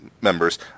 members